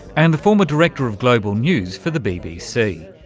and the former director of global news for the bbc.